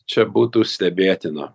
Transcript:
čia būtų stebėtina